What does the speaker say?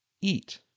eat